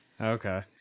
Okay